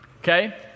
Okay